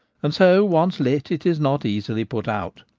and so, once lit, it is not easily put out.